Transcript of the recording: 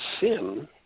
sin